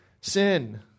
sin